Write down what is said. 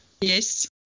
Yes